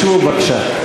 תשבו בבקשה,